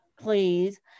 please